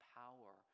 power